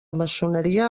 maçoneria